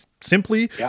simply